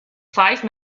five